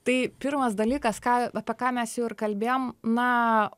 tai pirmas dalykas ką apie ką mes jau ir kalbėjom na